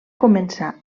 començà